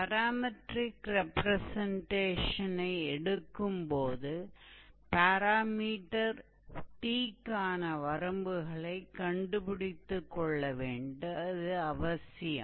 parametric ரெப்ரசன்டேஷனை எடுக்கும் போது பாராமீட்டர் t க்கான வரம்புகளைக் கண்டுபிடித்துக் கொள்ள வேண்டியது அவசியம்